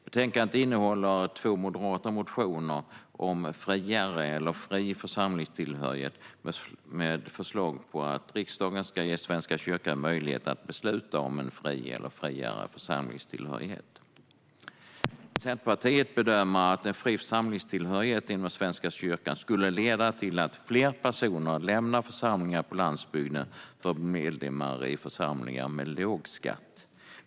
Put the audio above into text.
Betänkandet innehåller två moderata motioner om friare, eller fri, församlingstillhörighet med förslag om att riksdagen ska ge Svenska kyrkan möjlighet att besluta om en friare, eller fri, församlingstillhörighet. Centerpartiet bedömer att en fri församlingstillhörighet inom Svenska kyrkan skulle leda till att fler personer lämnar församlingar på landsbygden för att bli medlemmar i församlingar med låg skatt.